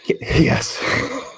Yes